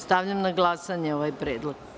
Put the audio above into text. Stavljam na glasanje ovaj predlog.